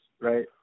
right